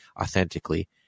authentically